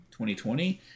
2020